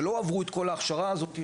שלא עברו את כל ההכשרה הזאת,